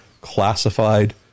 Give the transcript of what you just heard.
classified